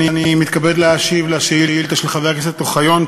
אני מתכבד להשיב על שאילתה של חבר הכנסת אוחיון,